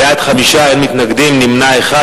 חמישה בעד, אין מתנגדים, נמנע אחד.